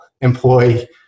employ